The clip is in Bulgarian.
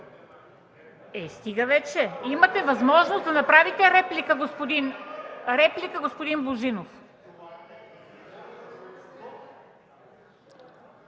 Е, стига вече! Имате възможност да направите реплика, господин Божинов.